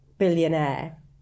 billionaire